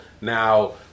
Now